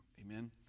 Amen